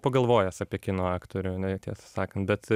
pagalvojęs apie kino aktorių ne tiesą sakant bet